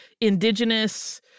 indigenous